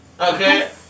Okay